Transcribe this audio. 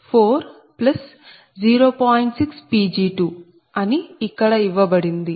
6Pg2 అని ఇక్కడ ఇవ్వబడింది